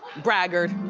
braggart.